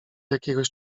jakiegoś